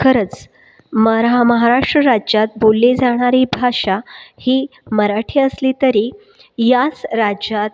खरंच मरहा महाराष्ट्र राज्यात बोलली जाणारी भाषा ही मराठी असली तरी याच राज्यात